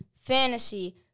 fantasy